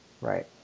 Right